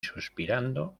suspirando